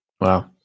Wow